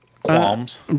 Qualms